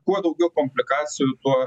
kuo daugiau komplikacijų tuo